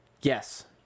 Yes